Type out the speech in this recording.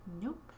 Nope